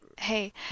Hey